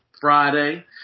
Friday